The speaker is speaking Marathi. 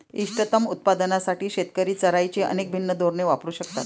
इष्टतम उत्पादनासाठी शेतकरी चराईची अनेक भिन्न धोरणे वापरू शकतात